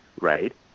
right